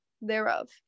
thereof